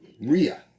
RIA